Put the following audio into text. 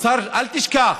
השר, אל תשכח,